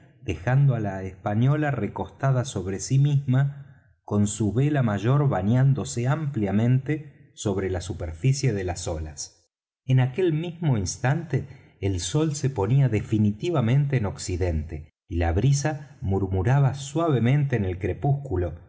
dejando á la española recostada sobre sí misma con su vela mayor bañándose ampliamente sobre la superficie de las olas en aquel mismo instante el sol se ponía definitivamente en occidente y la brisa murmuraba suavemente en el crepúsculo